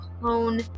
clone